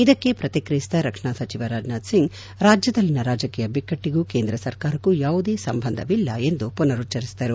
ಇದಕ್ಕೆ ಪ್ರತಿಕ್ರಿಯಿಸಿದ ರಕ್ಷಣಾ ಸಚಿವ ರಾಜನಾಥ್ ಸಿಂಗ್ ರಾಜ್ಯದಲ್ಲಿನ ರಾಜಕೀಯ ಬಿಕ್ಕಟ್ಟಗೂ ಕೇಂದ್ರ ಸರ್ಕಾರಕ್ಕೂ ಯಾವುದೇ ಸಂಬಂಧವಿಲ್ಲ ಎಂದು ಪುನರುಚ್ಚರಿಸಿದರು